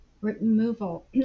removal